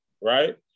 right